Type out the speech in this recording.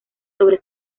sobre